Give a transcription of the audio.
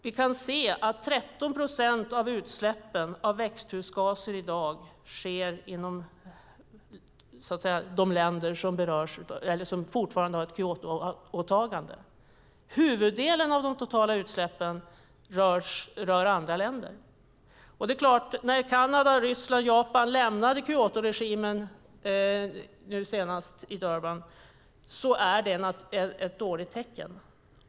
Vi kan se att 13 procent av utsläppen av växthusgaser i dag sker inom de länder som fortfarande har ett Kyotoåtagande. Huvuddelen av de totala utsläppen rör andra länder. Det är ett dåligt tecken att Kanada, Ryssland och Japan lämnade Kyotoregimen nu senast i Durban.